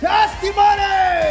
Testimony